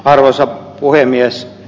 arvoisa puhemies